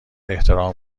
احترام